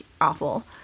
awful